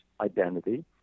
identity